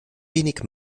wenig